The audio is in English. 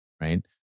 Right